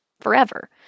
forever